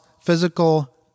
physical